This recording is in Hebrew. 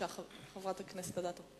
חברת הכנסת אדטו,